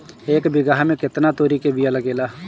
एक बिगहा में केतना तोरी के बिया लागेला?